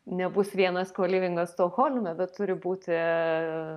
nebus vienas kolivingas stokholme bet turi būti